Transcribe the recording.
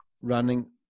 running